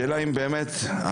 השאלה היא אם באמת אתם,